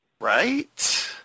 Right